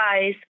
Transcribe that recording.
guys